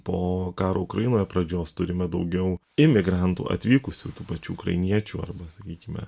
po karo ukrainoje pradžios turime daugiau imigrantų atvykusių tų pačių ukrainiečių arba sakykime